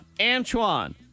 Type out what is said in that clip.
Antoine